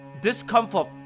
Discomfort